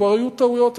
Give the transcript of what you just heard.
כבר היו טעויות אצלנו.